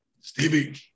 Stevie